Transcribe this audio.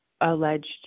alleged